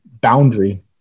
boundary